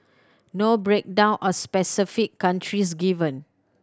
no breakdown of specific countries given